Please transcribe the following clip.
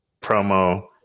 promo